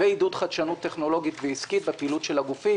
ועידוד חדשנות טכנולוגית ועסקית בפעילות של הגופים.